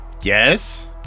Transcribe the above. Yes